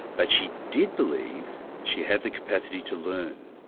but she did believe she had the capacity to learn.